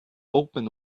open